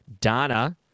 Donna